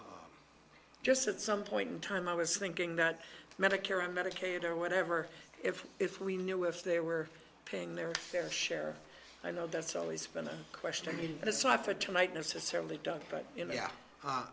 o just at some point in time i was thinking that medicare or medicaid or whatever if if we knew if they were paying their fair share i know that's always been a question i mean it's not for tonight necessarily done but y